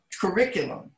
curriculum